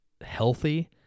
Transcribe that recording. healthy